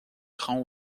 grands